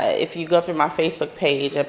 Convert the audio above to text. if you go through my facebook page,